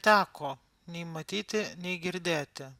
teko nei matyti nei girdėti